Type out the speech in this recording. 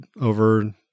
over